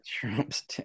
trump's